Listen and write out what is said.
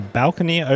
balcony